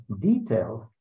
detailed